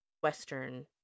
Western